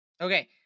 Okay